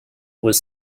was